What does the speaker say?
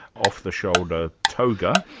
off-the-shoulder toga.